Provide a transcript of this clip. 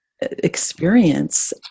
experience